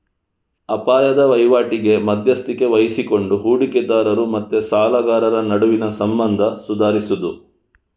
ಅಪಾಯದ ವೈವಾಟಿಗೆ ಮಧ್ಯಸ್ಥಿಕೆ ವಹಿಸಿಕೊಂಡು ಹೂಡಿಕೆದಾರರು ಮತ್ತೆ ಸಾಲಗಾರರ ನಡುವಿನ ಸಂಬಂಧ ಸುಧಾರಿಸುದು